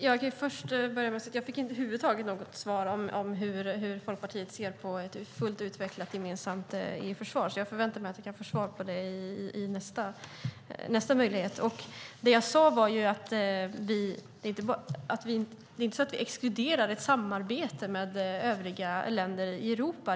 Fru talman! Jag kan börja med att säga att jag över huvud taget inte fick något svar om hur Folkpartiet ser på ett fullt utvecklat gemensamt EU-försvar, så jag förväntar mig att jag kan få svar på det i nästa replik. Det är inte så att vi exkluderar ett samarbete med övriga länder i Europa.